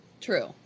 True